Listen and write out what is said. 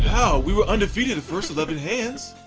yeah we were undefeated the first eleven hands.